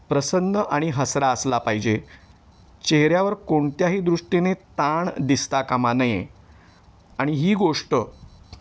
प्रसन्न आणि हसरा असला पाहिजे चेहऱ्यावर कोणत्याही दृष्टीने ताण दिसता कामा नये आणि ही गोष्ट